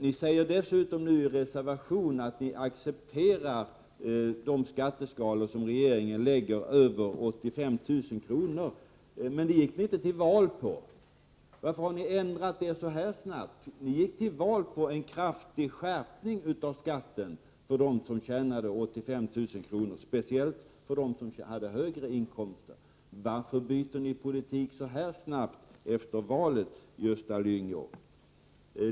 Ni säger dessutom i reservation att ni accepterar de skatteskalor som regeringen lägger fram över 85 000 kr. Men det gick ni inte till val på. Ni gick till val på en kraftig skärpning av skatten för dem som tjänar mer, speciellt för dem som hade högre inkomster. Varför byter ni politik så här snabbt efter valet, Gösta Lyngå?